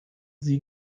sie